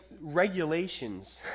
regulations